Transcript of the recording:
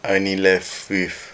I only left with